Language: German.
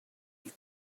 die